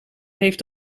heeft